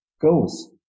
goes